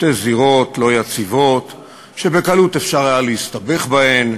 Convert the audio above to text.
שתי זירות לא יציבות שבקלות אפשר היה להסתבך בהן,